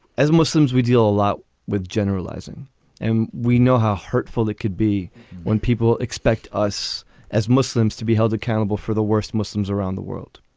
as muslims, we deal a lot with generalizing and we know how hurtful it could be when people expect us as muslims to be held accountable for the worst muslims around the world.